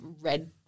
red